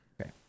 Okay